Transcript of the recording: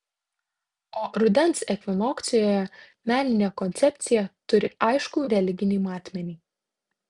o rudens ekvinokcijoje meninė koncepcija turi aiškų religinį matmenį